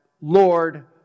Lord